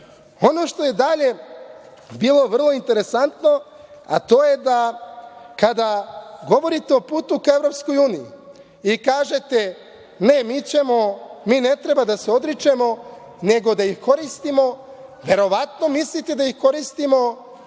što je dalje bilo vrlo interesantno, a to je da, kada govorite o putu ka EU i kažete – ne, mi ćemo, mi ne treba da se odričemo nego da ih koristimo, verovatno mislite da ih koristimo